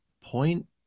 point